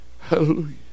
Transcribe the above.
Hallelujah